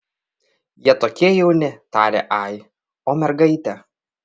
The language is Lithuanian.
jie tokie jauni tarė ai o mergaitė